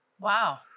Wow